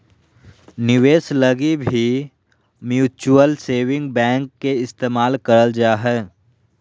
निवेश लगी भी म्युचुअल सेविंग बैंक के इस्तेमाल करल जा हय